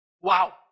Wow